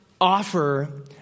offer